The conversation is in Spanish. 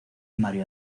mario